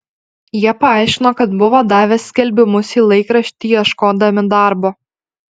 jie paaiškino kad buvo davę skelbimus į laikraštį ieškodami darbo